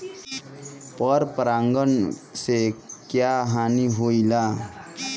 पर परागण से क्या हानि होईला?